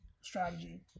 strategy